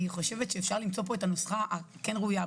אני חושבת שאפשר למצוא פה את הנוסחה הכן ראויה,